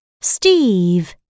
steve